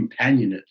companionate